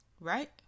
Right